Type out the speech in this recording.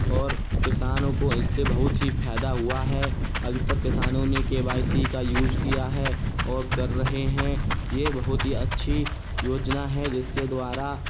और किसानो को इससे बहुत ही फ़ायदा हुआ है अधिकतर किसानों ने वाई सी का यूज किया है और कर रहे हैं ये बहुत ही अच्छी योजना है जिसके द्वारा